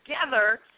together